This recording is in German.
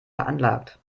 veranlagt